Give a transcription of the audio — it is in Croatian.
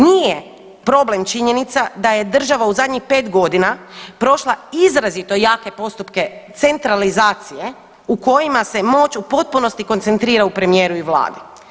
Nije problem činjenica da je država u zadnjih 5.g. prošla izrazito jake postupke centralizacije u kojima se moć u potpunosti koncentrira u premijeru i vladi.